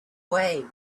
way